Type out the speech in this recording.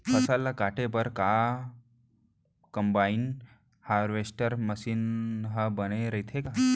फसल ल काटे बर का कंबाइन हारवेस्टर मशीन ह बने रइथे का?